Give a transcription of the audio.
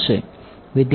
વિદ્યાર્થી